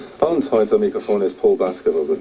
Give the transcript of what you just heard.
both sides microphone as paul basketball but